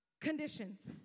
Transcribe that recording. conditions